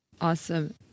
Awesome